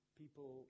people